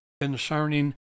concerning